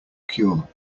cure